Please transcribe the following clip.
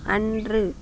அன்று